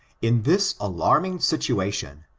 in this alarming situation,